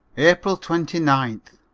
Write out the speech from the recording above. april twenty ninth.